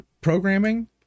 programming